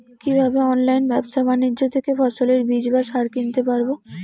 কীভাবে অনলাইন ব্যাবসা বাণিজ্য থেকে ফসলের বীজ বা সার কিনতে পারবো?